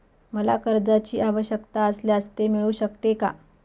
मला कर्जांची आवश्यकता असल्यास ते मिळू शकते का?